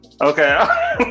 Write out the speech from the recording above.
okay